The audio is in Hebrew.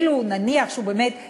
אפילו נניח שהוא באמת מחו"ל,